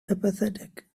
apathetic